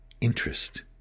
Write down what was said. Interest